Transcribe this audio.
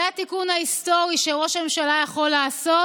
זה התיקון ההיסטורי שראש הממשלה יכול לעשות